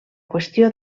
qüestió